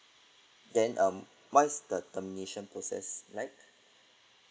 then um what's the termination process like